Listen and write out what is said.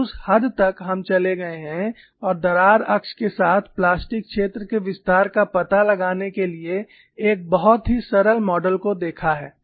और उस हद तक हम चले गए हैं और दरार अक्ष के साथ प्लास्टिक क्षेत्र के विस्तार का पता लगाने के लिए एक बहुत ही सरल मॉडल को देखा है